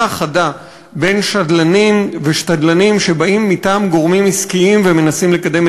ההבחנה החדה בין שדלנים ושתדלנים שבאים מטעם גורמים עסקיים ומנסים לקדם